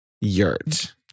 yurt